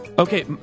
Okay